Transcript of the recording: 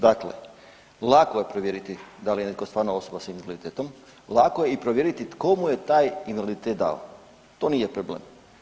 Dakle, lako je provjeriti da li je netko stvarna osoba s invaliditetom, lako je i provjeriti tko mu je taj invaliditet dao to nije problem.